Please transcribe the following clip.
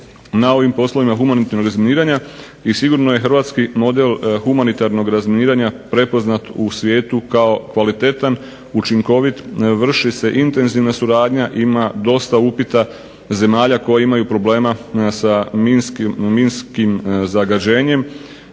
na ovim poslovima humanitarnog razminiranja, i sigurno je hrvatski model humanitarnog razminiranja prepoznat u svijetu kao kvalitetan, učinkovit, vrši se intenzivna suradnja, ima dosta upita zemalja koje imaju problema sa minskim zagađenjem,